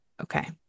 okay